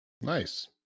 Nice